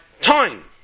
time